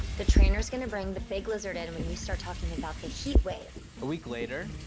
the trainer's gonna bring the big lizard and in when you start talking about the heat wave. a week later,